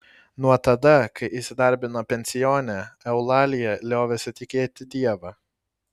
nuo tada kai įsidarbino pensione eulalija liovėsi tikėti dievą